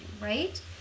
right